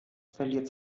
verliert